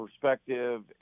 perspective